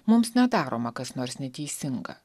mums nedaroma kas nors neteisinga